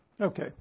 Okay